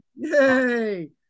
Yay